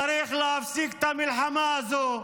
צריך להפסיק את המלחמה הזו,